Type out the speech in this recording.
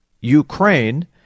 Ukraine